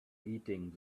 eating